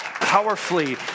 powerfully